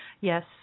Yes